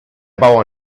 bauer